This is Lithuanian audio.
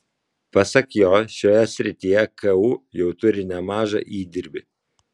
pasak jo šioje srityje ku jau turi nemažą įdirbį